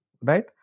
right